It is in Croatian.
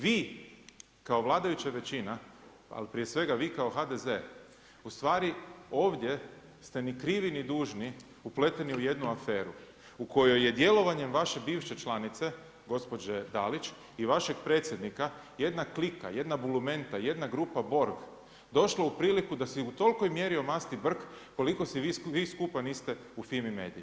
Vi kao vladajuća većina, a prije svega vi kao HDZ ustvari ovdje ste ni krivi, ni dužni upleteni u jednu aferu u kojoj je djelovanjem vaše bivše članica gospođe Dalić i vašeg predsjednika, jedna klika, jedna bulumenta, jedna grupa Borg došla u priliku da si u tolikoj mjeri omasti brk koliko si vi skupa niste u FIMI MEDIA-i.